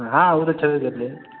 हँ ओ तऽ छेबे करलै